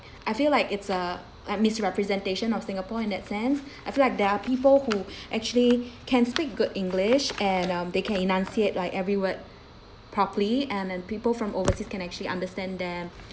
I feel like it's a like misrepresentation of singapore in that sense I feel like there are people who actually can speak good english and um they can enunciate every word properly and and and people from overseas can actually understand them